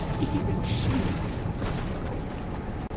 even she o god!